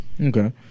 Okay